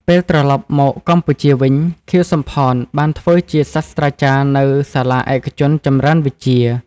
ពេលត្រឡប់មកកម្ពុជាវិញ ខៀវ សំផន បានធ្វើជាសាស្រ្តាចារ្យនៅសាលាឯកជនចម្រើនវិជ្ជា។